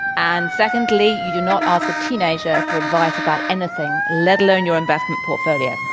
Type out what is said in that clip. and secondly, you do not ask a teenager for advice about anything let alone your investment portfolio.